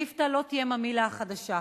ליפתא לא תהיה ממילא החדשה.